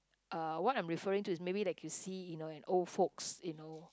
uh what I'm referring to is maybe like you see you know an old folks you know